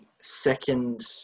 second